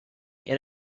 and